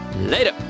Later